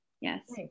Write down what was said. Yes